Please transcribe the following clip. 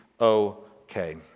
okay